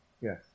Yes